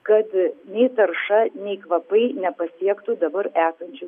kad nei tarša nei kvapai nepasiektų dabar esančių